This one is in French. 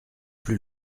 plus